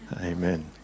Amen